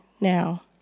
now